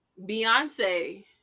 Beyonce